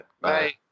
Bye